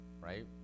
Right